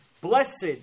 blessed